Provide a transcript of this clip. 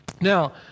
Now